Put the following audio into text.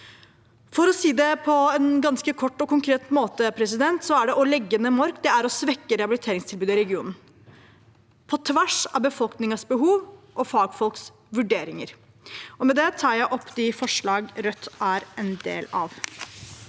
For å si det på en ganske kort og konkret måte: Det å legge ned Mork er å svekke rehabiliteringstilbudet i regionen, på tvers av befolkningens behov og fagfolks vurderinger. Med det tar jeg opp de forslagene Rødt er med på.